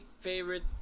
favorite